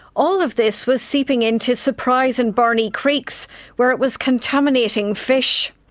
all of this was seeping into surprise and barney creeks where it was contaminating fish.